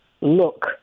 look